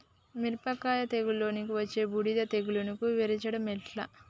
మిరపకాయ తెగుళ్లలో వచ్చే బూడిది తెగుళ్లను నివారించడం ఎట్లా?